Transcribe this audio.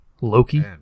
Loki